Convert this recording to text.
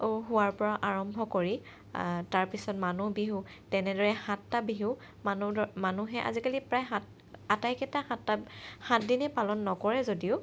হোৱাৰ পৰা আৰম্ভ কৰি তাৰপিছত মানুহ বিহু তেনেদৰে সাতটা বিহু মানুহে আজিকালি প্ৰায় সাত আটাইকেইটা সাতটা সাত দিনেই পালন নকৰে যদিও